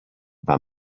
than